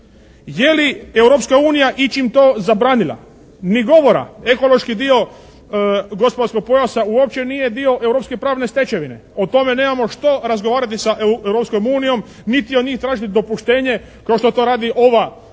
unija ičim to zabranila? Ni govora. Ekološki dio gospodarskog pojasa uopće nije dio europske pravne stečevine. O tome nemamo što razgovarati sa Europskom unijom niti od njih tražiti dopuštenje kao što to radi ova hrvatska